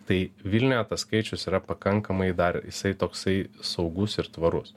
tai vilniuje tas skaičius yra pakankamai dar jisai toksai saugus ir tvarus